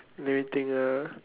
let me think ah